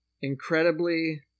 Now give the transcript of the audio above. incredibly